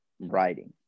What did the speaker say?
writing